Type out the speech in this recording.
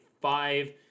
five